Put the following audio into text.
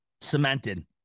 cemented